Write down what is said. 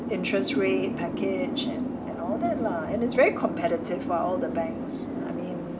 interest rate package and and all that lah and it's very competitive [what] all the banks I mean